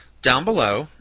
down below,